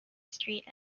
street